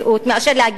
מאשר להגיד